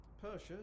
Persia